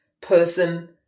person